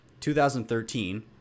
2013